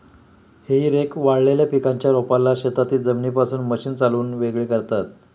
हेई रेक वाळलेल्या पिकाच्या रोपाला शेतातील जमिनीपासून मशीन चालवून वेगळे करतात